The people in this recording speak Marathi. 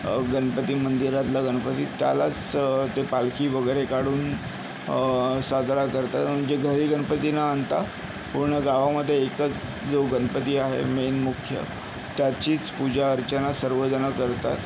गणपती मंदिरातला गणपती त्यालाच ते पालखी वगैरे काढून साजरा करतात म्हणजे घरी गणपती न आणता पूर्ण गावामध्ये एकच जो गणपती आहे मेन मुख्य त्याचीच पूजा अर्चना सर्वजणं करतात